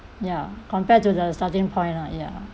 ya compared to the starting point lah ya